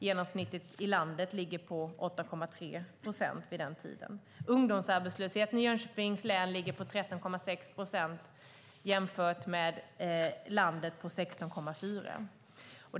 Genomsnittet i landet låg på 8,3 procent vid den tiden. Ungdomsarbetslösheten i Jönköpings län ligger på 13,6 procent, att jämföra med en ungdomsarbetslöshet i landet på 16,4 procent.